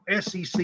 SEC